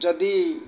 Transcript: ଯଦି